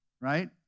Right